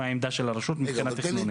מה העמדה של הרשות מבחינה תכנונית.